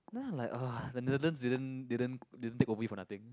then I like !ugh! didn't didn't didn't take away for nothing